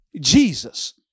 Jesus